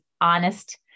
honest